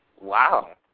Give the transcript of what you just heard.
Wow